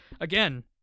again